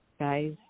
guys